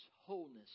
wholeness